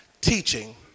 Teaching